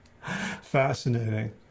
Fascinating